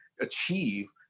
achieve